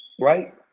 right